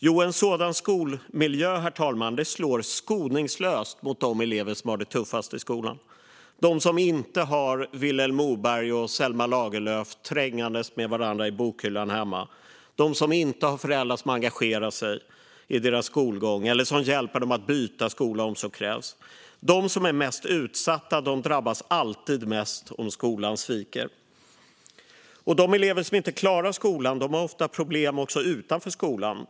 Jo, en sådan skolmiljö, herr talman, slår skoningslöst mot de elever som har de tuffast i skolan - de som inte har Vilhelm Moberg och Selma Lagerlöf trängandes med varandra i bokhyllan hemma, de som inte har föräldrar som engagerar sig i deras skolgång eller föräldrar som hjälper dem att byta skola om så krävs. De som är mest utsatta drabbas alltid mest om skolan sviker. De elever som inte klarar skolan har ofta problem också utanför skolan.